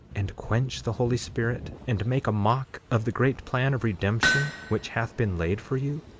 and quench the holy spirit, and make a mock of the great plan of redemption, which hath been laid for you?